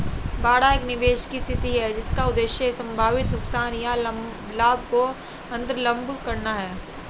बाड़ा एक निवेश की स्थिति है जिसका उद्देश्य संभावित नुकसान या लाभ को अन्तर्लम्ब करना है